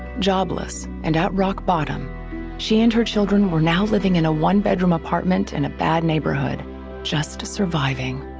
jobless and at rock bottom she and her children were now living in a one bedroom apartment in a bad neighborhood just surviving.